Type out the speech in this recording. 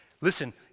Listen